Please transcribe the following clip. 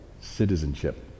citizenship